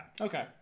Okay